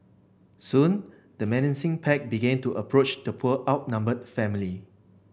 soon the menacing pack began to approach the poor outnumbered family